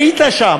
היית שם,